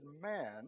man